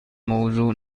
موضوع